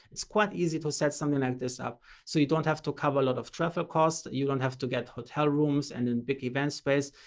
it's quite easy to set something like this up so you don't have to cover a lot of traffic costs. you don't have to get hotel rooms and then pick events space.